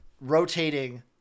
rotating